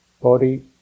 Body